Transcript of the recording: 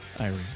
Irene